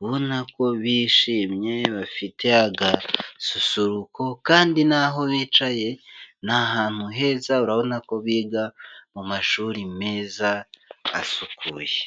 ubona na ko bishimye bafite agasusuruko kandi naho bicaye ni ahantu heza urabona ko biga mu mashuri meza asukuye.